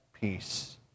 peace